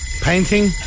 Painting